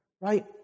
right